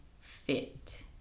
fit